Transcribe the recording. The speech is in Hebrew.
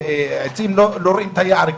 עצים לא רואים את היער כבר.